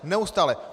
Neustále.